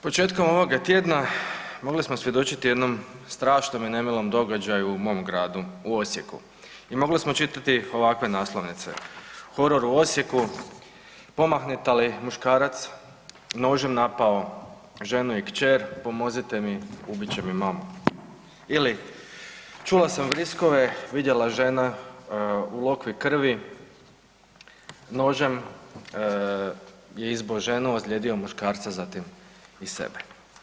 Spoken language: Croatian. Početkom ovoga tjedna mogli smo svjedočiti jednom strašnom i nemilom događaju u mom gradu u Osijeku i mogli smo čitati ovakve naslovnice, „Horor u Osijeku, pomahnitali muškarac nožem napao ženu i kćer, pomozite mi ubit će mi mamu“ ili „Čula sam vriskove, vidjela ženu u lokvi krvi, nožem je izbo ženu, ozlijedio muškarca zatim i sebe“